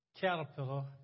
caterpillar